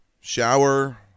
shower